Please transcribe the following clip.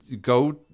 Go